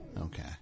Okay